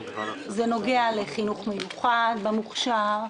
זה נוגע לחינוך מיוחד במוכש"ר,